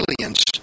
aliens